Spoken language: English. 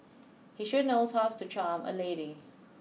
he sure knows how's to charm a lady